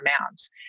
amounts